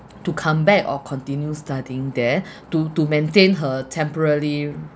to come back or continue studying there to to maintain her temporary